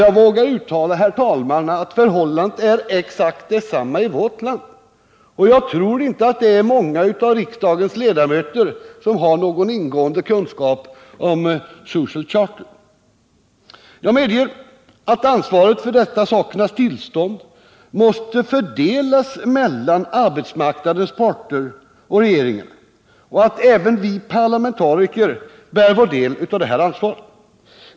Jag vågar uttala, herr talman, att förhållandet är exakt detsamma i vårt land. Jag tror inte heller att det är många av riksdagens ledamöter som har någon ingående kunskap om Europarådets Social Charter. Jag medger att ansvaret för detta sakernas tillstånd måste fördelas mellan arbetsmarknadens parter och regeringarna och att även vi parlamentariker bär vår del av detta ansvar.